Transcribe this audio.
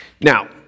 Now